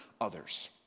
others